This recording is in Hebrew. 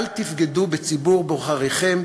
אל תבגדו בציבור בוחריכם,